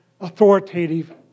authoritative